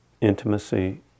intimacy